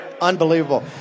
Unbelievable